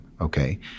okay